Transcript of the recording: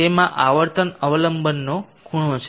તેમાં આવર્તન અવલંબનનો ખૂણો છે